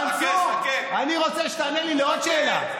מנסור, אני רוצה שתענה לי על עוד שאלה.